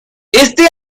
este